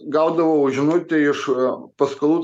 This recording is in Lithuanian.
gaudavau žinutę iš paskolų